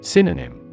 Synonym